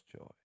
joy